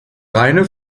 reine